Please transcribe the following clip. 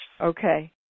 Okay